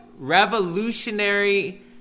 revolutionary